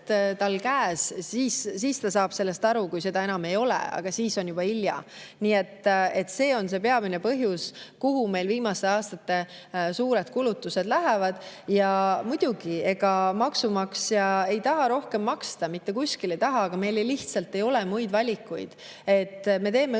tal otseselt käes. Ta saab sellest aru siis, kui seda enam ei ole, aga siis on juba hilja. Nii et see on see peamine [valdkond], kus meil viimastel aastatel suuri kulutusi [tehakse]. Muidugi, ega maksumaksja ei taha rohkem maksta, mitte kuskil ei taha, aga meil lihtsalt ei ole muid valikuid. Me teeme õigeid